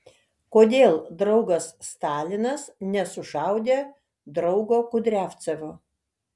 kodėl draugas stalinas nesušaudė draugo kudriavcevo